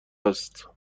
است